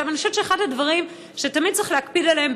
אני חושבת שאחד הדברים שתמיד צריך להקפיד עליהם,